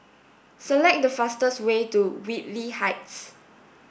select the fastest way to Whitley Heights